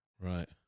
Right